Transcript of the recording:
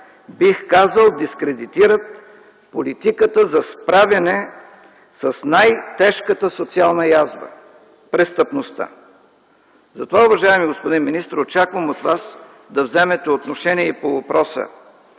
бих казал дискредитират политиката за справяне с най-тежката социална язва – престъпността. Затова, уважаеми господин министър, очаквам от Вас да вземете отношение и по въпроса: